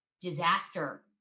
disaster